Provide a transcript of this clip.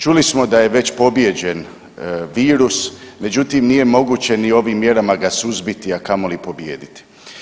Čuli smo da je već pobijeđen virus, međutim nije moguće ni ovim mjerama ga suzbiti a kamoli pobijediti.